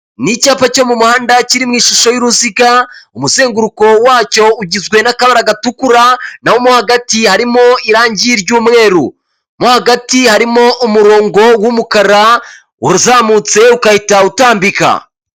Nicyapa cyo mu muhanda kiririmo ishusho y'uruziga umusenguruko wacyo ugizwe nakabara gatukura nawo hagati harimo irangi ry'yumweru mo hagati harimo umurongo wumukara wazamutse ukahita utambika.